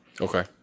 Okay